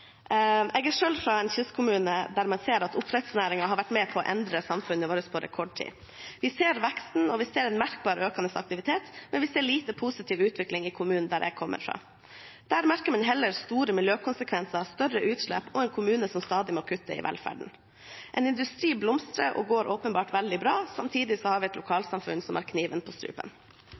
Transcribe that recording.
Jeg kommer selv fra en liten kystkommune i Midt-Troms der man ser at oppdrettsnæringen har vært med på å endre samfunnet vårt på rekordtid. Vi ser veksten, vi ser en merkbar økende aktivitet, men vi ser lite positiv utvikling i kommunen jeg kommer fra. Der merker man heller store miljøkonsekvenser, større utslipp og en kommune som stadig må kutte i velferden. En industri blomstrer og går åpenbart veldig bra. Samtidig har vi et lokalsamfunn som har kniven på strupen.